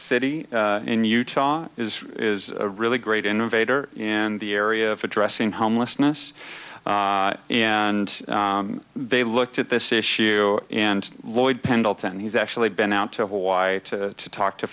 city in utah is is a really great innovator in the area of addressing homelessness and they looked at this issue and lloyd pendleton he's actually been out to hawaii to talk to